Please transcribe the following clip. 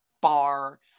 bar